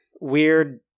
weird